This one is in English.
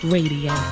Radio